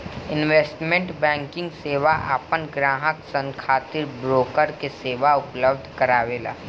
investment banking सेवा आपन ग्राहक सन खातिर ब्रोकर के सेवा उपलब्ध करावेला